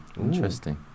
interesting